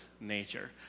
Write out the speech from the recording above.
nature